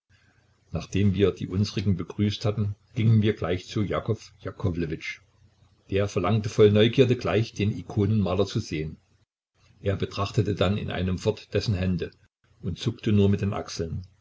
nachdem wir die unsrigen begrüßt hatten gingen wir gleich zu jakow jakowlewitsch der verlangte voll neugierde gleich den ikonenmaler zu sehen er betrachtete dann in einem fort dessen hände und zuckte nur mit den achseln